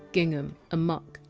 gingham. amok.